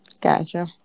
Gotcha